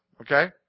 okay